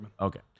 Okay